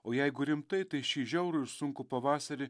o jeigu rimtai tai šį žiaurų ir sunkų pavasarį